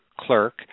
clerk